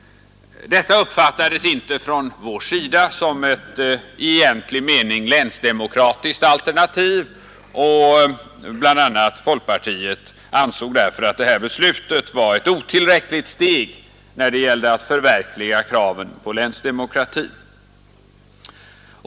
Detta uppfattades inte av oss som ett i egentlig mening länsdemokratiskt alternativ, och bl.a. folkpartiet ansåg därför att detta beslut var ett otillräckligt steg när det gällde att förverkliga kravet på länsdemokrati.